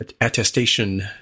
attestation